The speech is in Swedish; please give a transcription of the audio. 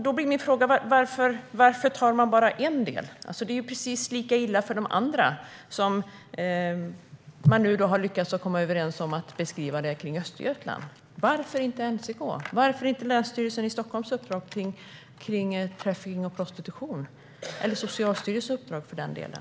Då blir min fråga: Varför tar man bara en del? Det är ju precis lika illa för de andra som för Östergötland? Varför ser man inte likadant på NCK, på det uppdrag som Länsstyrelsen i Stockholm har när det gäller trafficking och prostitution eller på Socialstyrelsens uppdrag, för den delen?